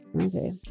Okay